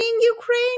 Ukraine